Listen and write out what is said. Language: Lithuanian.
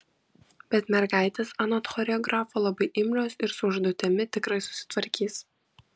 bet mergaitės anot choreografo labai imlios ir su užduotimi tikrai susitvarkys